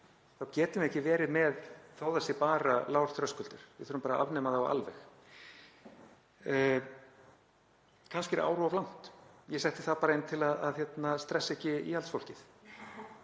þá getum við ekki verið með, þó að það sé bara lágur þröskuldur. Við þurfum að afnema þá alveg. Kannski er það ári of langt. Ég setti það bara inn til að stressa ekki íhaldsfólkið.